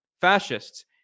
fascists